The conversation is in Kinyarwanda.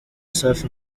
safi